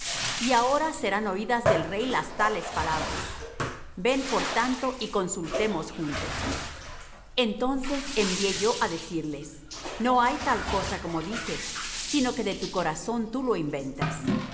y ahora serán oídas del rey las tales palabras ven por tanto y consultemos juntos entonces envié yo á decirles no hay tal cosa como dices sino que de tu corazón tú lo inventas